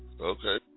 Okay